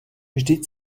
vždyť